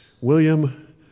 William